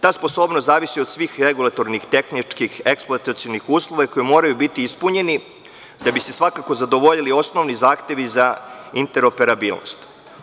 Ta sposobnost zavisi od svih regulatornih, tehničkih, eksploatacionih uslova koji moraju biti ispunjeni da bi se zadovoljili osnovni zahtevi za interoperabilnost.